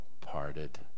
parted